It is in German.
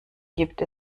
gibt